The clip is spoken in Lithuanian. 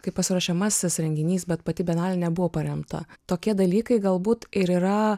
kaip pasiruošiamasis renginys bet pati bienalė buvo paremta tokie dalykai galbūt ir yra